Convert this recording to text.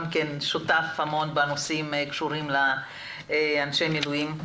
שותף בהמון נושאים הקשורים לאנשי מילואים.